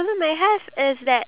iya